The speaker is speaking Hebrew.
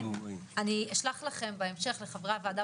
אני אשלח בהמשך לחברי הוועדה,